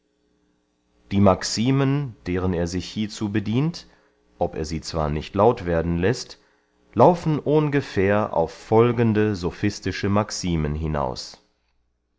die maximen deren er sich hiezu bedient ob er sie zwar nicht laut werden läßt laufen ohngefähr auf folgende sophistische maximen hinaus